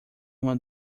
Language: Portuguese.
uma